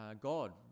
God